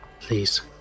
please